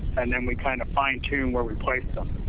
and then we kind of fine tune where we place them.